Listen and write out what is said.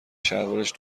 شلوارش